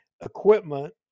equipment